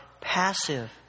passive